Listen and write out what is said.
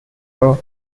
her